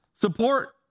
support